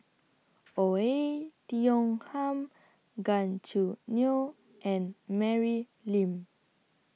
Oei Tiong Ham Gan Choo Neo and Mary Lim